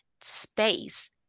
space